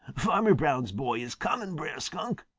farmer brown's boy is coming, brer skunk!